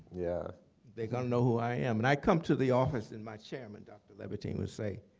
yeah they're gonna know who i am. and i come to the office and my chairman dr. levitine would say,